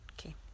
Okay